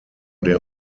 der